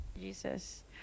Jesus